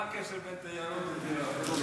מה הקשר בין תיירות לזה?